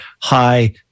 high